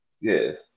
Yes